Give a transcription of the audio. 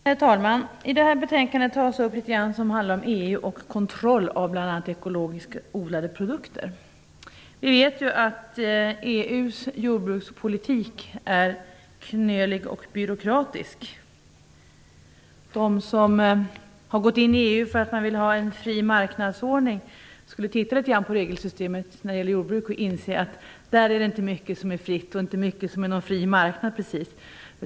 Herr talman! I det här betänkandet tas upp frågor som handlar om EU och kontroll av ekologiskt odlade produkter. Vi vet att EU:s jordbrukspolitik är knölig och byråkratisk. De som har gått in i EU därför att de vill ha en fri marknadsordning skulle titta litet på regelsystemet när det gäller jordbruk. Då skulle de inse att det där inte är mycket som är fritt, inte någon fri marknad precis.